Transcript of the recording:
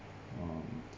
um